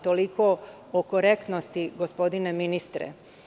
Toliko o korektnosti, gospodine ministre.